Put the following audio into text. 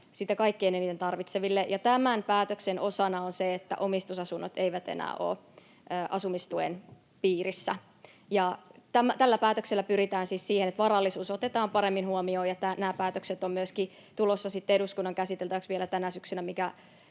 sitä kaikkein eniten tarvitseville, ja tämän päätöksen osana on se, että omistusasunnot eivät enää ole asumistuen piirissä. Tällä päätöksellä pyritään siis siihen, että varallisuus otetaan paremmin huomioon. Eduskunnan käsiteltäviksi ovat tulossa vielä tänä syksynä